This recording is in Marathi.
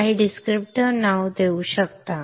काही डिस्क्रिप्टिव्ह नावे देऊ शकता